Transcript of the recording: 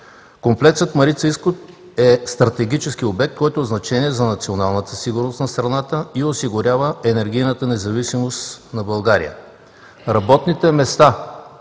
Комплексът „Марица-изток“ е стратегически обект, който е от значение за националната сигурност на страната и осигурява енергийната независимост на България.